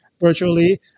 virtually